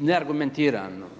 neargumentirano